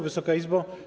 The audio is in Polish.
Wysoka Izbo!